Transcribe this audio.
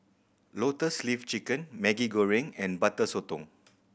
Lotus Leaf Chicken Maggi Goreng and Butter Sotong